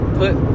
put